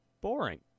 boring